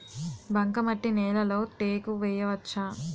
బంకమట్టి నేలలో టేకు వేయవచ్చా?